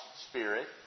spirit